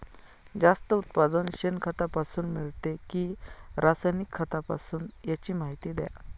जास्त उत्पादन शेणखतापासून मिळते कि रासायनिक खतापासून? त्याची माहिती द्या